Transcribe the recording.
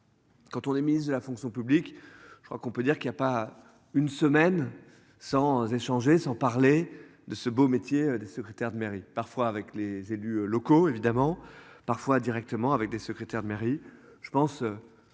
Quand on est ministre de la fonction publique. Je crois qu'on peut dire qu'il y a pas une semaine sans échanger sans parler de ce beau métier de secrétaire de mairie parfois avec les élus locaux évidemment parfois directement avec des secrétaires de mairie je pense.